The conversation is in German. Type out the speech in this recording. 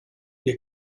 ihr